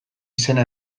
izena